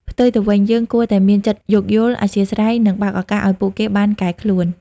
ផ្ទុយទៅវិញ យើងគួរតែមានចិត្តយោគយល់ អធ្យាស្រ័យ និងបើកឱកាសឱ្យពួកគេបានកែខ្លួន។